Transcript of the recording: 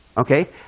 Okay